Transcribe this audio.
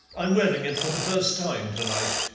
i'm wearing it for the first time to-night.